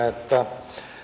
että